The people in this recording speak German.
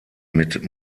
mit